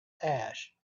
ash